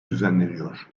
düzenleniyor